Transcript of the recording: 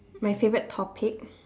my favourite topic